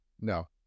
No